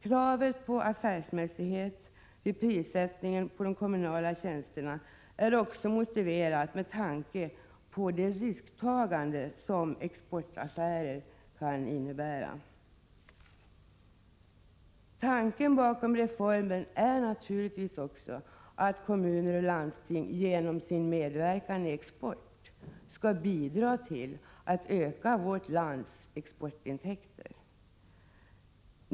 Kravet på affärsmässighet vid prissättningen av de kommunala tjänsterna är också motiverat med tanke på det risktagande som exportaffärer kan innebära. Tanken bakom reformen är naturligtvis också att kommuner och landsting genom sin medverkan i exporten skall bidra till att öka vårt lands exportintäkter.